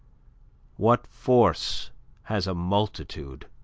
what force has a multitude?